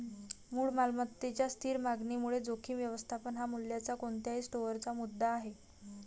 मूळ मालमत्तेच्या स्थिर मागणीमुळे जोखीम व्यवस्थापन हा मूल्याच्या कोणत्याही स्टोअरचा मुद्दा आहे